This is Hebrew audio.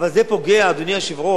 אבל זה פוגע, אדוני היושב-ראש,